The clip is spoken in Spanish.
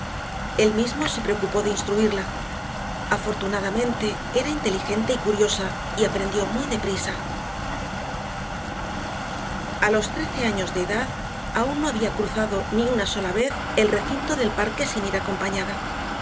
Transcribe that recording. el mismo se preocupó de instruirla afortunadamente era inteligente y curiosa y aprendió muy deprisa a los trece años de edad aún no había cruzado ni una sola vez el recinto del parque sin ir acompañada